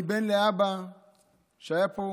אני בן לאבא שהיה פה